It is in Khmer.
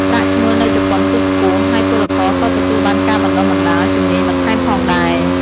ប្រាក់ឈ្នួលនៅជប៉ុនគឺខ្ពស់ ហើយពលករក៏ទទួលបានការបណ្ដុះបណ្ដាលជំនាញបន្ថែមផងដែរ ។